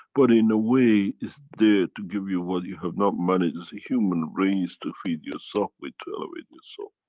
but in a way is there to give you what you have not managed as a human race to feed yourself with to elevate your soul.